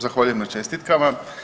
Zahvaljujem na čestitkama.